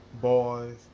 boys